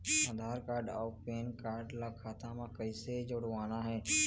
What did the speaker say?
आधार card अऊ PAN card ला खाता म कइसे जोड़वाना हे?